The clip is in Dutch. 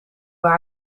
waar